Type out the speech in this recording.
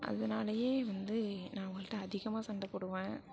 அதனாலயே வந்து நான் அவங்கள்ட்ட அதிகமாக சண்டை போடுவேன்